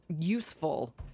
useful